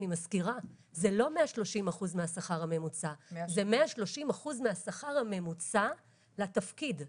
ואני מזכירה שזה לא 130 מהשכר הממוצע אלא 130 אחוז מהשכר הממוצע לתפקיד.